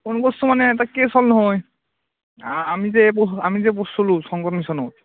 phone কৰছোঁ মানে এটা কেছ হ'ল নহয় আমি যে পঢ় আমি যে পঢ়ছিলোঁ শংকৰ মিছনত